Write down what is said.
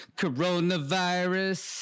coronavirus